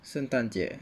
圣诞节